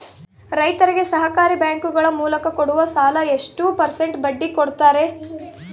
ರೈತರಿಗೆ ಸಹಕಾರಿ ಬ್ಯಾಂಕುಗಳ ಮೂಲಕ ಕೊಡುವ ಸಾಲ ಎಷ್ಟು ಪರ್ಸೆಂಟ್ ಬಡ್ಡಿ ಕೊಡುತ್ತಾರೆ?